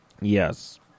Yes